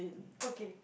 okay